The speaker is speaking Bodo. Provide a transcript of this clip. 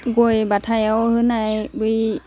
गय बाथायाव होनाय बै